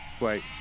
Wait